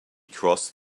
crossed